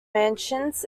mansions